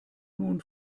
nun